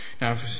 Now